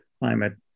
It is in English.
climate